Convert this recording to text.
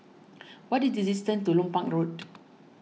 what is the distance to Lompang Road